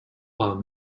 while